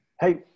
Hey